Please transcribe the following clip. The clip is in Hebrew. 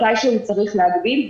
מתישהו צריך להגביל.